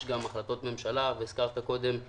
יש גם החלטות ממשלה, והזכרת קודם את